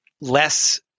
less